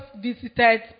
visited